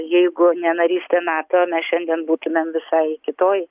jeigu ne narystė nato mes šiandien būtumėm visai kitoj